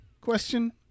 Question